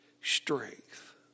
strength